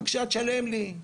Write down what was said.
בבקשה תשלם לי,